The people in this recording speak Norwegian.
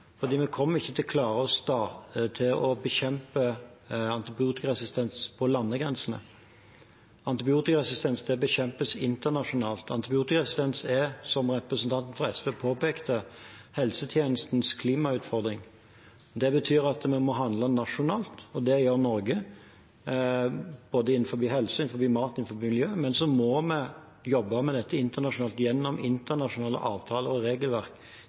fordi vi kommer ikke til å klare å bekjempe antibiotikaresistens på landegrensene. Antibiotikaresistens bekjempes internasjonalt. Antibiotikaresistens er, som representanten fra SV påpekte, helsetjenestens klimautfordring. Det betyr at vi må handle nasjonalt, og det gjør Norge, både innenfor helse, innenfor mat og innenfor miljø, men så må vi jobbe med dette internasjonalt, gjennom internasjonale avtaler og regelverk.